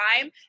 time